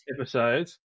episodes